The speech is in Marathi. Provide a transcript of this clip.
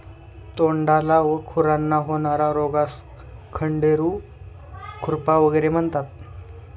तोंडाला व खुरांना होणार्या रोगास खंडेरू, खुरपा वगैरे म्हणतात